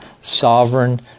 sovereign